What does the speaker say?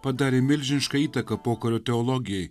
padarė milžinišką įtaką pokario teologijai